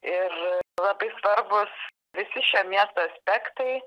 ir labai svarbūs visi šio miesto aspektai